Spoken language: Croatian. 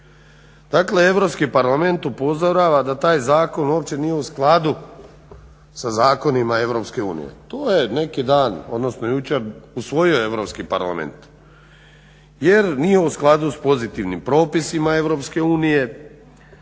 Dakle, Europski parlament upozorava da taj zakon uopće nije u skladu sa zakonima Europske unije. To je neki dan, odnosno jučer usvojio Europski parlament. Jer nije u skladu sa pozitivnim propisima